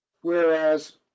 whereas